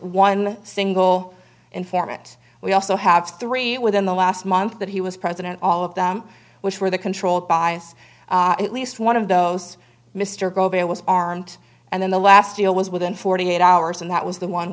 one single informant we also have three within the last month that he was president all of them which were the controlled bias at least one of those mr grover was armed and then the last deal was within forty eight hours and that was the one